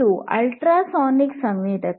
ಇದು ಅಲ್ಟ್ರಾಸಾನಿಕ್ ಸಂವೇದಕ